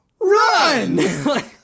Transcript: run